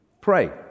pray